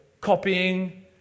copying